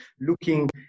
looking